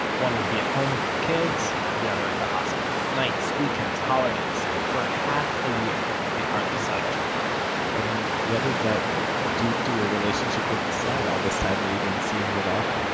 one would be at home with the kids, the other at the hospital. nights, weekends, holidays. for half a year they hardly saw each other and what did that do to your relationship with yisrael, all this time that you didn't see him at all?